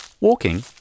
Walking